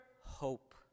hope